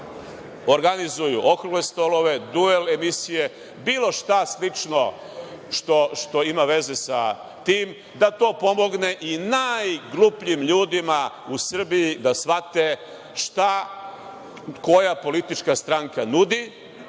organizuju okrugle stolove, duel emisije, bilo šta slično što ima veze sa tim, da to pomogne i najglupljim ljudima u Srbiji, da shvate šta koja politička stranka nudi,